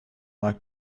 like